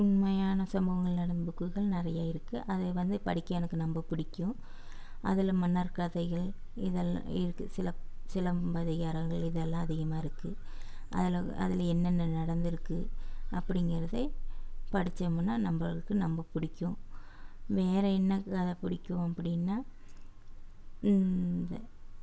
உண்மையான சம்பவங்கள் நடந்த புக்குகள் நிறைய இருக்குது அது வந்து படிக்க எனக்கு ரொம்ப பிடிக்கும் அதில் மன்னர் கதைகள் இதெல்லாம் இருக்குது சில சிலம்பதிகாரங்கள் இதெல்லாம் அதிகமாக இருக்குது அதில் அதில் என்னென்ன நடந்துருக்குது அப்படிங்கிறதை படிச்சோம்ன்னால் நம்மளுக்கு ரொம்ப பிடிக்கும் வேறே என்ன கதை பிடிக்கும் அப்படின்னா